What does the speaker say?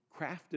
crafted